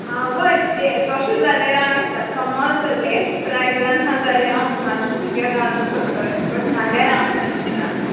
हां हय तोशें जाल्यार हांव येता सोमोज लॅस प्रायजान आसा जाल्यार हांव म्हाजे भुरग्यांक घालों सोदतोलें बट नाल्यार हांव घालचिना